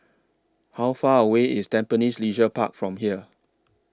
How Far away IS Tampines Leisure Park from here